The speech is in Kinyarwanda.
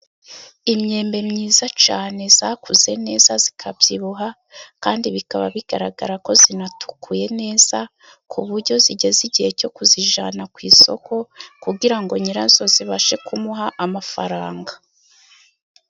Imyembe myiza cyane yakuze neza ikabyibuha, kandi bikaba bigaragara ko itukuye neza, ku buryo igeze igihe cyo kuyijyana ku isoko, kugira ngo nyirayo ibashe kumuha amafaranga.